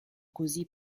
così